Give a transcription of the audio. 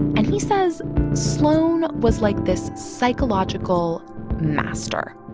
and he says sloan was like this psychological master.